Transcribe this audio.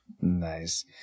Nice